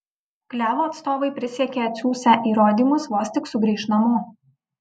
klevo atstovai prisiekė atsiųsią įrodymus vos tik sugrįš namo